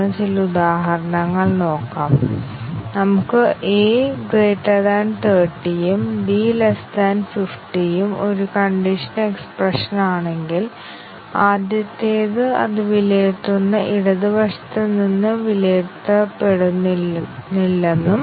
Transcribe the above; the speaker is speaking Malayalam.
ഓപ്പൺ സെർച്ച് ടൂൾ അല്ലെങ്കിൽ ഞങ്ങളുടെ സ്വന്തം ടൂൾ ഓരോ തവണയും ഞങ്ങൾ ഒരു ടെസ്റ്റ് കേസ് എക്സിക്യൂട്ട് ചെയ്യുമ്പോൾ എന്താണ് കവറേജ് നേടുന്നതെന്ന് നിങ്ങൾക്ക് പരിശോധിക്കാനാകും കൂടാതെ 100 ശതമാനം സ്റ്റേറ്റ്മെന്റ് കവറേജ് ലഭിക്കുന്നതുവരെ ഞങ്ങൾ ക്രമരഹിതമായ ഇൻപുട്ടുകൾ നൽകിക്കൊണ്ടിരിക്കും